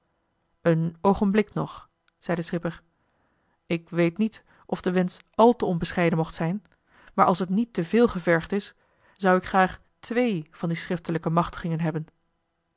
een oogenblik nog zei de schipper ik weet niet of de wensch àl te onbescheiden mocht zijn maar als het niet te veel gevergd is zou ik graag twee van die schriftelijke machtigingen hebben